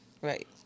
Right